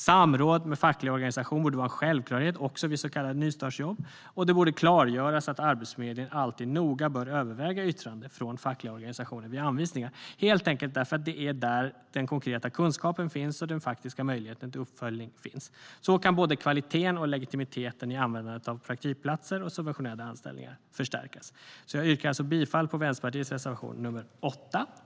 Samråd med fackliga organisationer borde vara en självklarhet också vid så kallade nystartsjobb. Och det borde klargöras att Arbetsförmedlingen alltid noga bör överväga yttranden från fackliga organisationer vid anvisningar, helt enkelt därför att det är där den konkreta kunskapen och den faktiska möjligheten till uppföljning finns. Så kan både kvaliteten och legitimiteten i användandet av praktikplatser och subventionerade anställningar förstärkas. Jag yrkar alltså bifall till Vänsterpartiets reservation nr 9.